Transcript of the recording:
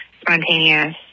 spontaneous